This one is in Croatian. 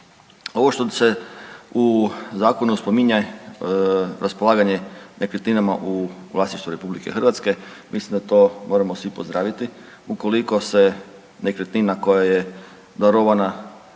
Ovo što se u zakonu spominje raspolaganje nekretninama u vlasništvu RH, mislim da to moramo svi pozdraviti. Ukoliko se nekretnina koja je darovana